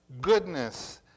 goodness